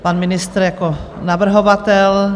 Pan ministr jako navrhovatel?